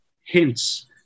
hints